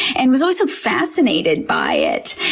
and was always so fascinated by it.